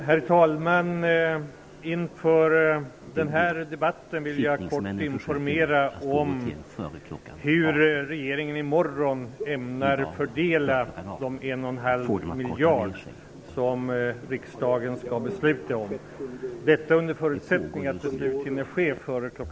Herr talman! Inför den här debatten vill jag kort informera om hur regeringen i morgon ämnar fördela de 1,5 miljarder kronor som riksdagen skall besluta om, detta under förutsättning att beslut hinner ske före kl.